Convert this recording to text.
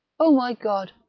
a my god,